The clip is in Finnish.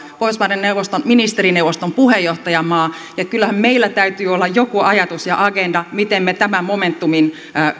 pohjoismaiden neuvoston ministerineuvoston puheenjohtajamaa ja kyllähän meillä täytyy olla joku ajatus ja agenda miten me tämän momentumin